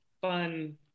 fun